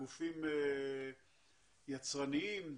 מגופים יצרניים,